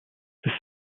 the